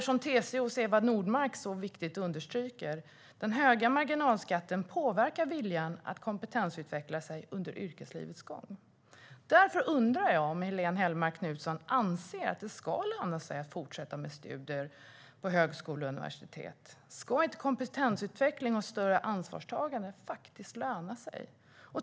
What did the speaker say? Som TCO:s Eva Nordmark så viktigt understryker: "Den höga marginalskatten påverkar viljan att kompetensutveckla sig under yrkeslivets gång." Därför undrar jag om Helene Hellmark Knutsson anser att det ska löna sig att fortsätta med studier på högskola och universitet. Ska inte kompetensutveckling och större ansvarstagande löna sig?